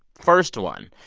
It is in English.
first one,